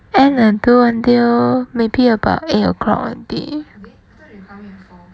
ann will do until maybe about eight o'clock already